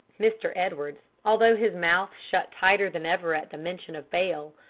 mr. edwards, although his mouth shut tighter than ever at the mention of bail,